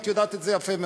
את יודעת את זה יפה מאוד.